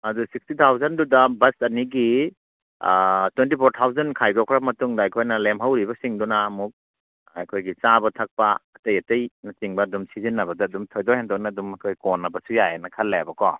ꯑꯗꯣ ꯁꯤꯛꯁꯇꯤ ꯊꯥꯎꯖꯟꯗꯨꯗ ꯕꯁ ꯑꯅꯤꯒꯤ ꯇ꯭ꯋꯦꯟꯇꯤ ꯐꯣꯔ ꯊꯥꯎꯖꯟ ꯈꯥꯏꯗꯣꯛꯈ꯭ꯔꯕ ꯃꯇꯨꯡꯗ ꯑꯩꯈꯣꯏꯅ ꯂꯦꯝꯍꯧꯔꯤꯕꯁꯤꯡꯗꯨꯅ ꯑꯃꯨꯛ ꯑꯩꯈꯣꯏꯒꯤ ꯆꯥꯕ ꯊꯛꯄ ꯑꯇꯩ ꯑꯇꯩꯅꯆꯤꯡꯕ ꯑꯗꯨꯝ ꯁꯤꯖꯤꯟꯅꯕꯗ ꯑꯗꯨꯝ ꯊꯣꯏꯗꯣꯛ ꯍꯦꯟꯗꯣꯛꯅ ꯑꯗꯨꯝ ꯑꯩꯈꯣꯏ ꯀꯣꯟꯅꯕꯁꯨ ꯌꯥꯏꯌꯦꯅ ꯈꯜꯂꯦꯕꯀꯣ